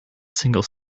single